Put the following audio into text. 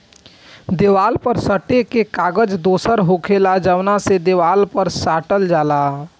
देवाल पर सटे के कागज दोसर होखेला जवन के देवाल पर साटल जाला